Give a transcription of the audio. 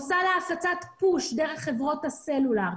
עושה לה הפצת פוש דרך חברות הסלולר,